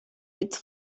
its